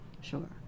Sure